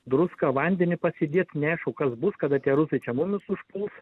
druską vandenį pasidėt neaišku kas bus kada tie rusai čia mumis užpuls